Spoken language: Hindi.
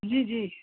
जी जी